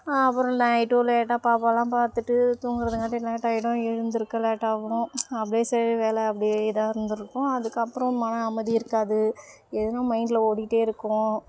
அப்புறம் நைட்டும் லேட்டாக பாப்பாலாம் பார்த்துட்டு தூங்கறதுங்காட்டி லேட்டாகிடும் எழுந்திருக்க லேட் ஆகும் அப்படியே சரி வேலை அப்படியே தான் இருந்திருக்கும் அதுக்கக்கப்புறம் மன அமைதி இருக்காது எதும் மைண்டில் ஓடிக்கிட்டே இருக்கும்